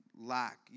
lack